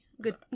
Good